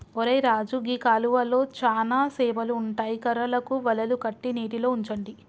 ఒరై రాజు గీ కాలువలో చానా సేపలు ఉంటాయి కర్రలకు వలలు కట్టి నీటిలో ఉంచండి